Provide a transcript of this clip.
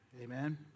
Amen